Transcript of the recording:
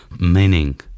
meaning